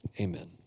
Amen